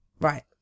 Right